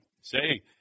say